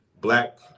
black